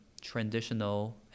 traditional